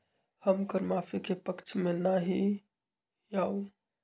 हम कर माफी के पक्ष में ना ही याउ